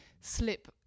slip